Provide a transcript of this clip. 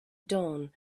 dawn